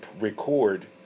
record